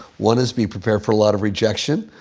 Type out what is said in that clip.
one is be prepared for a lot of rejection.